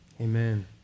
Amen